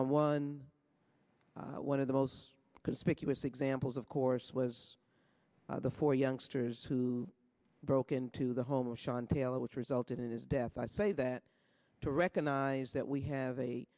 on one one of the most conspicuous examples of course was the four youngsters who broke into the home of sean taylor which resulted in his death i say that to recognize that we have a